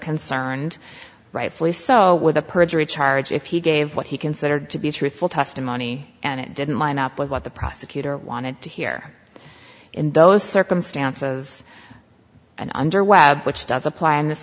concerned rightfully so with a perjury charge if he gave what he considered to be truthful testimony and it didn't line up with what the prosecutor wanted to hear in those circumstances and under wow which does apply in this